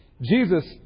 Jesus